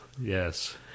yes